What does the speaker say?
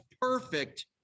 perfect